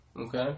okay